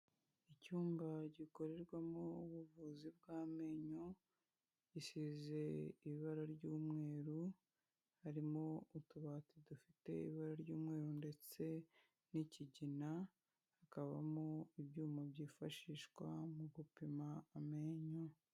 Icyumba gikorerwamo ubuvuzi bw'amenyo, gisize ibara ry'umweru, harimo utubati dufite ibara ry'umweru ndetse n'ikigina, hakabamo ibyuma byifashishwa mu gupima amenyo.